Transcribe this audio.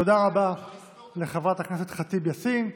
תודה רבה לחברת הכנסת ח'טיב יאסין.